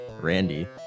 Randy